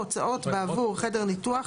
הוצאות בעבור חדר ניתוח,